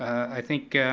i think,